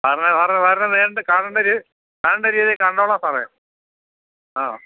സാറിനെ സാർ സാറിനെ നേരിട്ട് കാണേണ്ട രീതി കാണേണ്ട രീതീ കണ്ടോളാൻ സാറെ അ